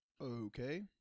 Okay